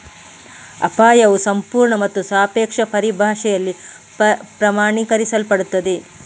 ಅಪಾಯವು ಸಂಪೂರ್ಣ ಮತ್ತು ಸಾಪೇಕ್ಷ ಪರಿಭಾಷೆಯಲ್ಲಿ ಪ್ರಮಾಣೀಕರಿಸಲ್ಪಡುತ್ತದೆ